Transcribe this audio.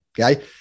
Okay